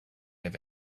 have